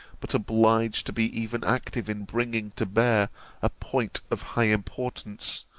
but obliged to be even active in bringing to bear a point of high importance,